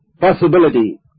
possibility